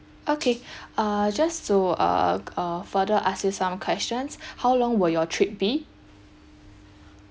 okay uh just to uh uh further ask you some questions how long will your trip be